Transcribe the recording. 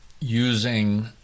Using